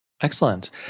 Excellent